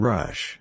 Rush